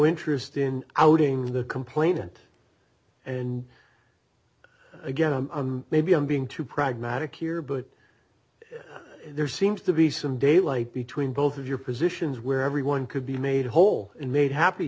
interest in outing the complainant and again maybe i'm being too pragmatic here but there seems to be some daylight between both of your positions where everyone could be made whole and made happy